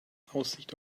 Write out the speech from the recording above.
aussicht